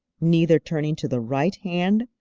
neither turning to the right hand,